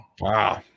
Wow